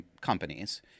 companies